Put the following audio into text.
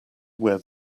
wear